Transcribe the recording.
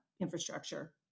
infrastructure